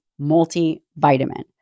multivitamin